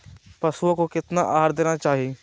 पशुओं को कितना आहार देना चाहि?